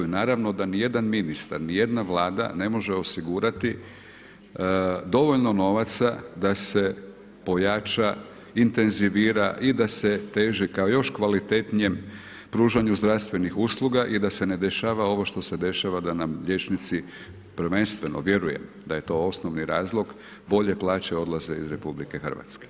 I naravno da ni jedan ministar, ni jedna Vlada ne može osigurati dovoljno novaca da se pojača, intenzivira i da se teži ka još kvalitetnijem pružanju zdravstvenih usluga i da se ne dešava ovo što se dešava da nam liječnici, prvenstveno, vjerujem da je to osnovni razlog, bolje plaće odlaze iz RH.